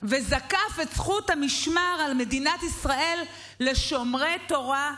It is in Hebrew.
וזקף את זכות המשמר על מדינת ישראל לשומרי תורה,